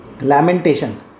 Lamentation